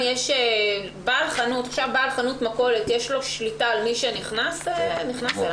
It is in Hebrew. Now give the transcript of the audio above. בעל חנות מכולת, יש לו שליטה על מי שנכנס אליו?